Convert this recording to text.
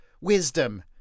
wisdom